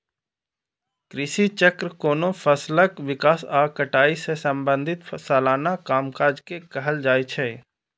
कृषि चक्र कोनो फसलक विकास आ कटाई सं संबंधित सलाना कामकाज के कहल जाइ छै